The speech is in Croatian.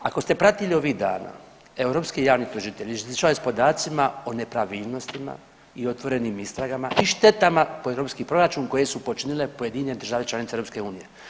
Ako ste pratili ovih dana europski javni tužitelj izašao je s podacima o nepravilnostima i otvorenim istragama i štetama po europski proračun koje su počinile pojedine države članice EU.